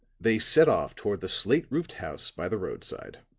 they set off toward the slate-roofed house by the roadside.